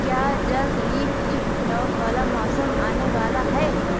کیا جلد ہی فلپ فلاپ والا موسم آنے والا ہے